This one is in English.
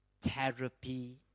therapy